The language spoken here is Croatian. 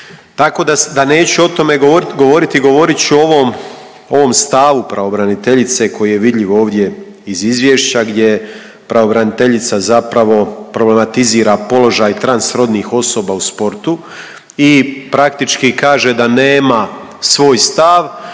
Tako da neću o tome govoriti, govorit ću o ovom stavu pravobraniteljice koji je vidljiv ovdje iz izvješća gdje pravobraniteljica zapravo problematizira položaj transrodnih osoba u sportu i praktički kaže da nema svoj stav,